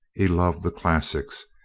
he loved the classics,